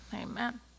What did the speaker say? amen